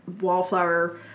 wallflower